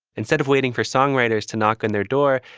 instead of waiting for songwriters to knock on their door,